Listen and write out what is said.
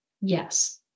Yes